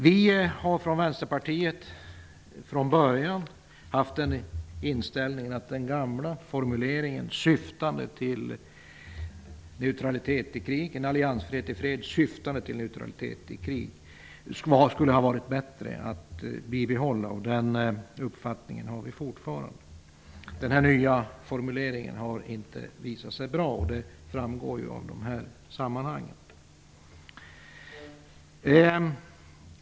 Vi har från början i Vänsterpartiet haft den inställningen att det skulle ha varit bättre att bibehålla den gamla formuleringen, om alliansfrihet syftande till neutralitet i krig. Den uppfattningen har vi fortfarande. Den nya formuleringen har inte visat sig vara bra. Det framgår ju i de här sammanhangen.